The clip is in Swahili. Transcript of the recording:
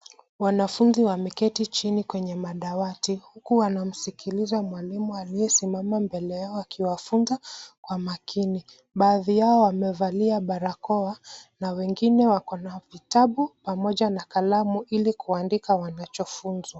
Wanafunzi wameketi chini kwenye madawati huku wanamsikiliza mwalimu aliyesimama mbele yake akiwafunza kwa makini, baadhi yao wamevalia barakoa na wengine wako na vitabu pamoja na kalamu ili kuandika wanachofunzwa.